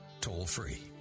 toll-free